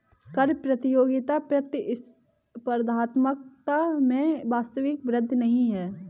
कर प्रतियोगिता प्रतिस्पर्धात्मकता में वास्तविक वृद्धि नहीं है